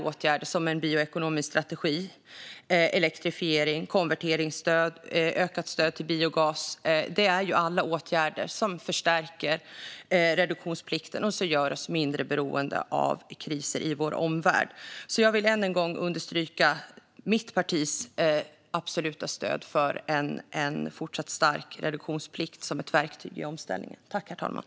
Åtgärder som en bioekonomisk strategi, elektrifiering, konverteringsstöd och ökat stöd till biogas är sådant som förstärker reduktionsplikten och gör oss mindre känsliga för kriser i vår omvärld. Jag vill alltså än en gång understryka mitt partis absoluta stöd för en fortsatt stark reduktionsplikt som ett verktyg i omställningen.